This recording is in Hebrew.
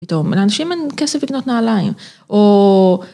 איתו. לאנשים אין כסף לקנות נעליים.